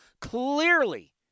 Clearly